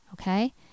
Okay